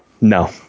No